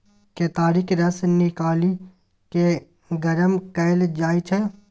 केतारीक रस निकालि केँ गरम कएल जाइ छै